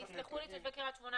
ויסלחו לי בקרית שמונה,